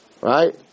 Right